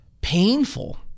painful